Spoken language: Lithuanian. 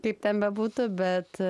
kaip ten bebūtų bet